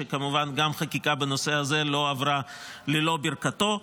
שכמובן גם חקיקה בנושא הזה לא עברה ללא ברכתו.